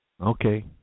Okay